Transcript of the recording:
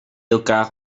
elkaar